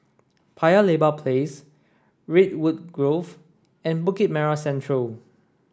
Paya Lebar Place Redwood Grove and Bukit Merah Central